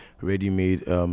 ready-made